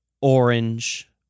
orange